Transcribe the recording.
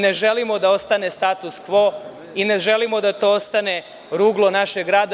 Ne želimo da ostane status kvo i ne želimo da to ostane ruglo našeg grada.